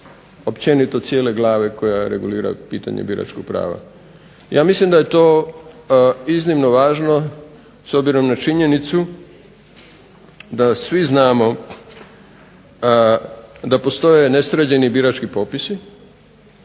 se/...općenito cijele glave koja regulira pitanje biračkog prava. Ja mislim da je to iznimno važno s obzirom na činjenicu da svi znamo da postoje nesređeni birački popisi,